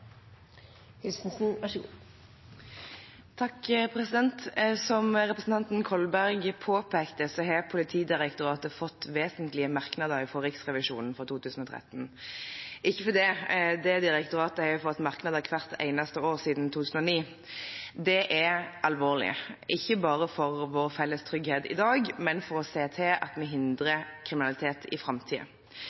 Som representanten Kolberg påpekte, har Politidirektoratet fått vesentlige merknader fra Riksrevisjonen for 2013 – ikke for det, det direktoratet har fått merknader hvert eneste år siden 2009. Det er alvorlig ikke bare for vår felles trygghet i dag, men også for å se til at vi hindrer kriminalitet i